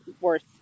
worth